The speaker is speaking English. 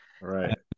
Right